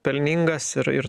pelningas ir ir